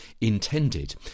intended